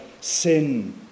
sin